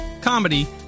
comedy